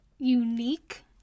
unique